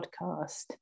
podcast